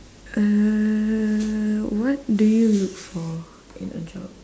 uh what do you look for in a job